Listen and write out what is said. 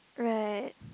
right